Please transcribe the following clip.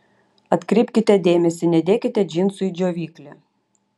atkreipkite dėmesį nedėkite džinsų į džiovyklę